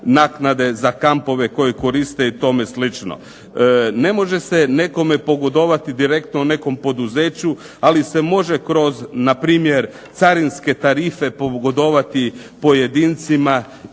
naknade za kampove koje koriste i tome slično. Ne može se nekome pogodovati direktno nekom poduzeću, ali se može kroz npr. carinske tarife pogodovati pojedincima